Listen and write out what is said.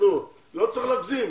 לא צריך להגזים.